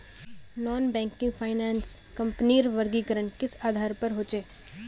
Non banking finance कंपनीर वर्गीकरण किस आधार पर होचे?